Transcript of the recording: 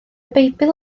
beibl